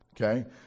Okay